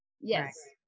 Yes